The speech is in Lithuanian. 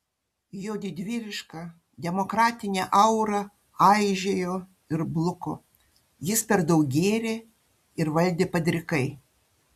jo didvyriška demokratinė aura aižėjo ir bluko jis per daug gėrė ir valdė padrikai